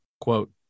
quote